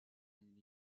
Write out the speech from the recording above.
une